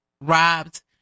robbed